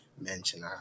mention